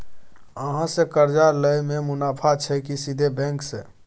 अहाँ से कर्जा लय में मुनाफा छै की सीधे बैंक से?